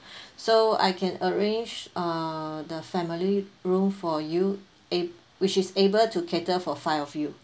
so I can arrange uh the family room for you ab~ which is able to cater for five of you